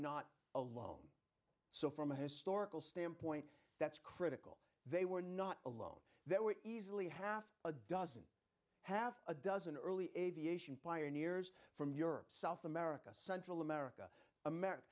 not alone so from a historical standpoint that's critical they were not alone there were easily half a dozen half a dozen early aviation pioneers from europe south america central america america